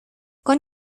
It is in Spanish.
con